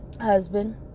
husband